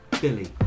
Billy